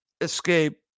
escape